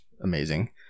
amazing